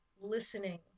listening